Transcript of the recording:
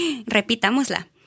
Repitámosla